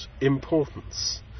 importance